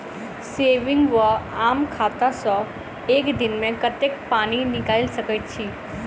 Saving वा आम खाता सँ एक दिनमे कतेक पानि निकाइल सकैत छी?